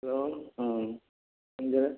hello ꯎꯝ